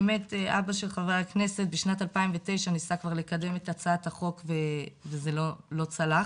אבא של ח"כ בשנת 2009 ניסה כבר לקדם כבר את הצעת החוק וזה לא צלח,